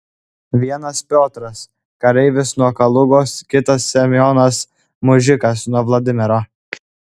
vienas piotras kareivis nuo kalugos kitas semionas mužikas nuo vladimiro